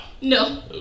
No